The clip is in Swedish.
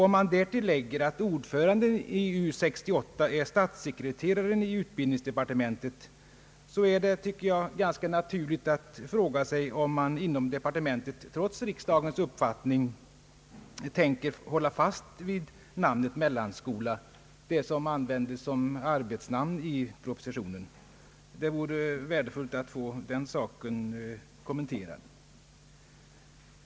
Om man därtill lägger att ordföranden i U 68 är statssekreteraren i utbildningsdepartementet, så är det — tycker jag — ganska naturligt att fråga sig om departementet trots riksdagens uppfattning tänker hålla fast vid namnet mellanskolan. Detta användes ju som arbetsnamn i propositionen. Det vore värdefullt att få den saken kommenterad.